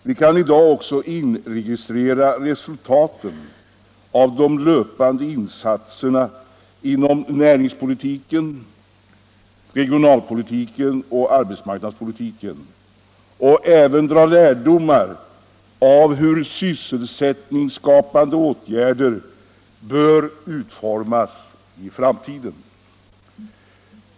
Vi kan i dag också inregistrera resultaten av de löpande insatserna inom närings-, regionaloch arbetsmarknadspolitiken och även dra lärdomar av hur sysselsättningsskapande åtgärder bör utformas i framtiden.